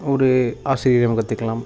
ஒரு ஆசிரியரிடம் கற்றுக்கலாம்